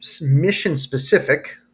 mission-specific